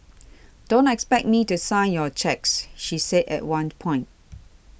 don't expect me to sign your cheques she said at one point